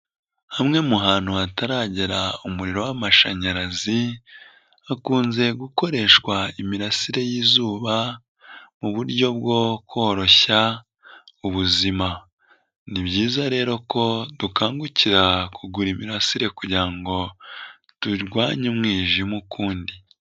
hamwe mu hantu hataragera umuriro w'amashanyarazi hakunze gukoreshwa imirasire y'izuba mu buryo bwo koroshya ubuzima, ni byiza rero ko dukangukira kugura imirasire kugira ngo turwanye umwijima ukundi.